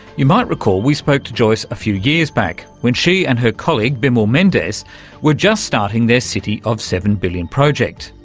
you might recall we spoke to joyce a few years back when she and her colleague bimal mendis were just starting their city of seven billion project.